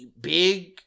big